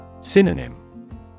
Synonym